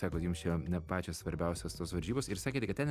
sakot jums čia pačios svarbiausios tos varžybos ir sakėte kad ten